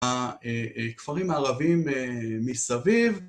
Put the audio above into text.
‫הכפרים הערבים מסביב.